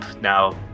now